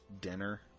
dinner